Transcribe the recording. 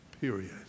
period